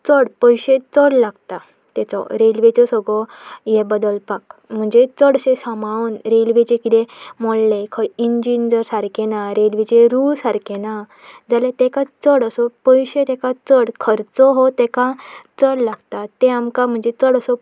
चड पयशे चड लागता ताचो रेल्वेचो सगळो हे बदलपाक म्हणजे चड अशें सांबाळून रेल्वेचें किदें मोडलें खंय इंजीन जर सारकें ना रेल्वेचे रूळ सारकें ना जाल्यार ताका चड असो पयशे ताका चड खर्चो हो ताका चड लागता ते आमकां म्हणजे चड असो